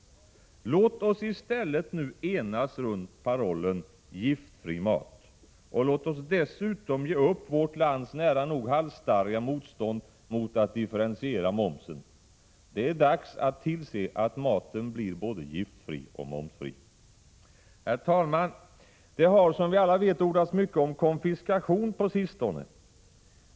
Låt oss i stället nu enas runt parollen: Giftfri mat! Och låt oss dessutom ge upp vårt lands nära nog halsstarriga motstånd mot att differentiera momsen. Det är dags att tillse att maten blir både giftfri och momsfri. Herr talman! Det har, som vi alla vet, ordats mycket om konfiskation på sistone.